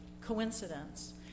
coincidence